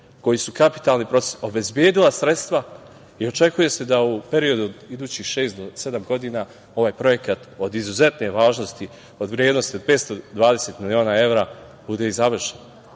koji su kapitalni procesi, obezbedila sredstva i očekuje se da u periodu idućih šest do sedam godina ovaj projekat od izuzetne važnosti, vrednosti 520 miliona evra bude i završen. Tu